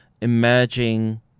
emerging